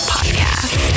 Podcast